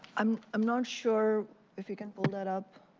i'm um not sure if you can pull that up.